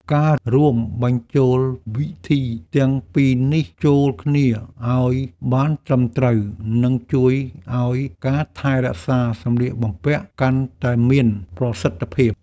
ការរួមបញ្ចូលវិធីទាំងពីរនេះចូលគ្នាឱ្យបានត្រឹមត្រូវនឹងជួយឱ្យការថែរក្សាសម្លៀកបំពាក់កាន់តែមានប្រសិទ្ធភាព។